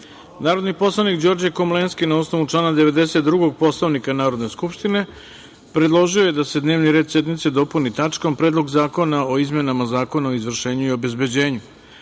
glasova. Narodni poslanik Đorđe Komlenski na osnovu člana 92. Poslovnika, predložio je da se dnevni red sednice dopuni tačkom Predlog zakona o izmenama Zakona o izvršenju i obezbeđenju,